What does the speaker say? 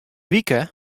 wike